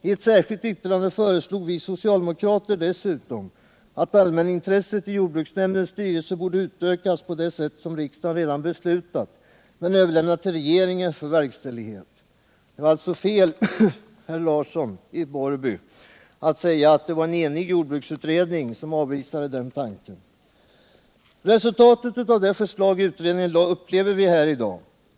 I ett särskilt yttrande föreslog vi socialdemokrater dessutom att allmänintresset i jordbruksnämndens styrelse borde utökas på det sätt som riksdagen redan beslutat men överlämnat till regeringen för verkställighet. Det var alltså fel, herr Larsson i Borrby, att säga att det var en enig jordbruksutredning som avvisade den tanken. Resultatet av utredningens förslag upplever vi här i dag.